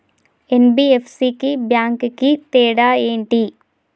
NBFC కి bank కి తేడా ఏంటి?